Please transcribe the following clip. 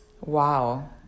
Wow